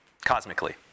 Cosmically